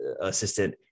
assistant